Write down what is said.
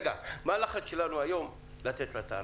רגע, הרי מה הלחץ שלנו היום לתת לה את הארכה?